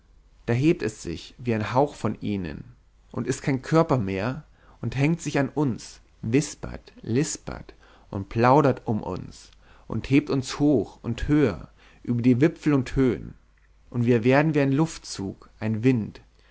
da hebt es sich wie ein hauch von ihnen und ist kein körper mehr und hängt sich an uns wispert lispert und plaudert um uns und hebt uns hoch und höher über die wipfel und höhn und werden wie ein luftzug ein wind